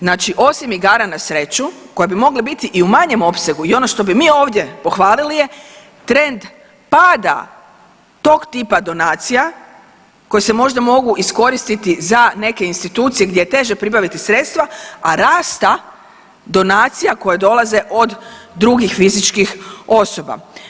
Znači osim igara na sreću koje bi mogle biti i u manjem opsegu i ono što bi mi ovdje pohvalili je trend pada tog tipa donacija koje se možda mogu iskoristiti za neke institucije gdje je teže pribaviti sredstva, a rasta donacija koje dolaze od drugih fizičkih osoba.